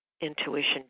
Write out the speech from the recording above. intuition